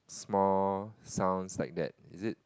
small sounds like that is it